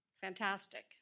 Fantastic